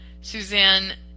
Suzanne